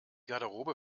garderobe